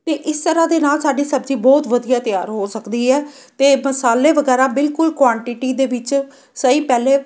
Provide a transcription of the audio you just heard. ਅਤੇ ਇਸ ਤਰ੍ਹਾਂ ਦੇ ਨਾਲ ਸਾਡੀ ਸਬਜ਼ੀ ਬਹੁਤ ਵਧੀਆ ਤਿਆਰ ਹੋ ਸਕਦੀ ਹੈ ਅਤੇ ਮਸਾਲੇ ਵਗੈਰਾ ਬਿਲਕੁਲ ਕੁਆਂਟਿਟੀ ਦੇ ਵਿੱਚ ਸਹੀ ਪਹਿਲੇ